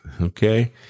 Okay